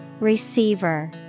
Receiver